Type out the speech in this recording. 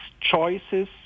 choices